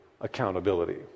accountability